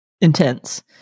intense